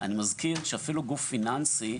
אני מזכיר שאפילו גוף פיננסי משמעותי,